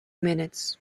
minutes